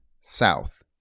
South